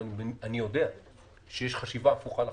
אבל אני יודע שיש חשיבה הפוכה לחלוטין.